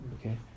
okay